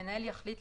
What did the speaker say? המנהל יחליט,